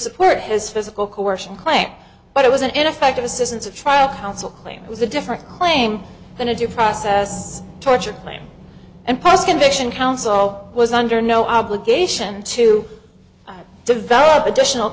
support his physical coercion claim but it was an ineffective assistance of trial counsel claim it was a different claim than a due process torture claim and post condition counsel was under no obligation to develop additional